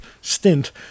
stint